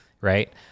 right